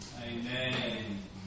Amen